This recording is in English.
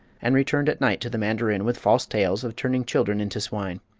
and returned at night to the mandarin with false tales of turning children into swine.